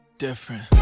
different